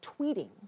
tweeting